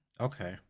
Okay